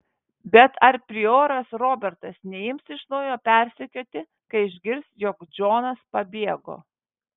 bet ar prioras robertas neims iš naujo persekioti kai išgirs jog džonas pabėgo